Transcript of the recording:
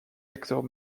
acteurs